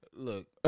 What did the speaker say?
Look